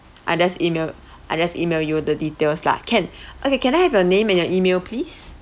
I just email I just email you the details lah can okay can I have your name and your email please